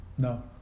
No